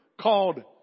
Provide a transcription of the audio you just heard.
called